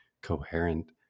coherent